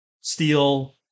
steel